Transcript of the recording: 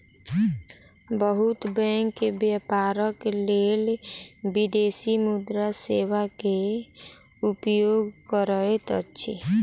बहुत बैंक व्यापारक लेल विदेशी मुद्रा सेवा के उपयोग करैत अछि